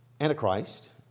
Antichrist